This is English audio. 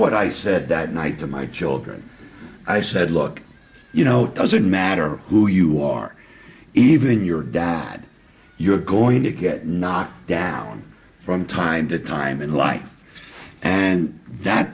what i said that night to my children i said look you know doesn't matter who you are even your dad you're going to get knocked down from time to time in life and that